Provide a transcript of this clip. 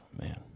man